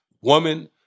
woman